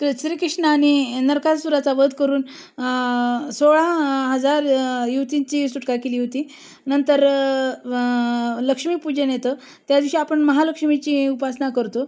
कृष् श्रीकृष्णाने नरकासुराचा वध करून सोळा हजार युवतींची सुटका केली होती नंतर लक्ष्मीपूजन येतं त्यादिवशी आपण महालक्ष्मीची उपासना करतो